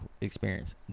experience